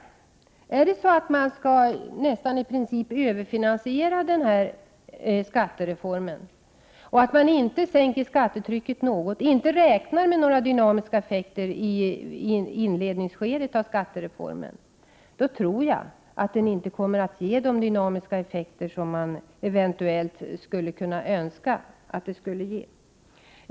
Skall man i princip överfinansiera skattereformen, inte sänka skattetrycket något och inte räkna med några dynamiska effekter i inledningsskedet av skattereformen, tror jag att den inte kommer att ge de dynamiska effekter som man eventuellt skulle önska att den gav.